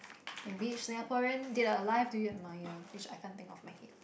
and which Singaporean dead or alive do you admire which I can't think off my head